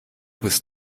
bist